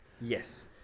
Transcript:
yes